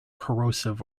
corrosive